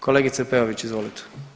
Kolegice Peović, izvolite.